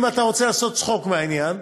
אם אתה רוצה לעשות צחוק מהעניין,